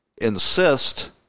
Insist